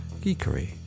geekery